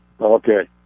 Okay